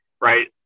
right